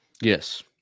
Yes